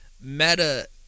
meta